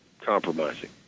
compromising